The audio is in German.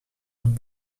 und